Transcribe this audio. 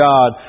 God